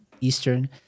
Eastern